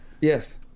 Yes